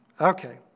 Okay